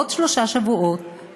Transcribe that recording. בעוד שלושה שבועות,